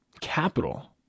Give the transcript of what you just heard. capital